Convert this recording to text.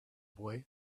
boy